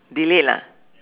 delete lah